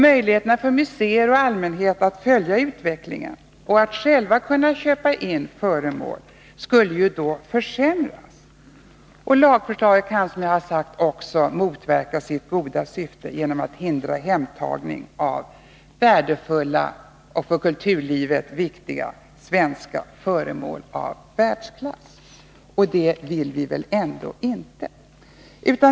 Möjligheterna för museer och allmänheten att följa utvecklingen och själva kunna köpa in föremål skulle ju då försämras. Lagförslaget kan, som jag också sagt, motverka sitt goda syfte genom att hindra hemtagning av värdefulla och för kulturlivet viktiga svenska föremål av världsklass, och det vill vi väl ändå inte.